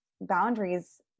boundaries